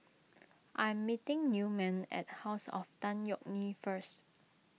I am meeting Newman at House of Tan Yeok Nee first